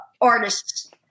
artists